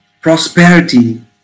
Prosperity